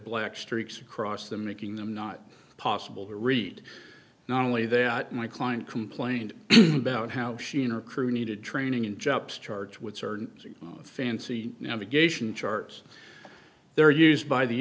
black streaks across them making them not possible to read not only that my client complained about how she and her crew needed training in jumps charge with certain fancy navigation charts they're used by the